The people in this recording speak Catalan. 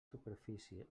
superfície